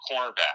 cornerback